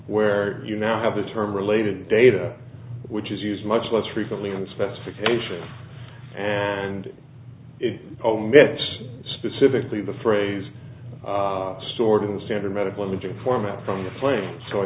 where you now have a term related data which is used much less frequently and specifications and it omits specifically the phrase stored in the standard medical imaging format from the plane so i